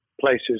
places